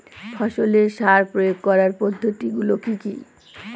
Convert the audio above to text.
ফসলের সার প্রয়োগ করার পদ্ধতি গুলো কি কি?